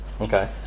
Okay